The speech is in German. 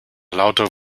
lauter